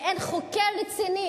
אין חוקר רציני